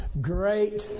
great